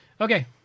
Okay